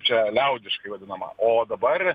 čia liaudiškai vadinama o dabar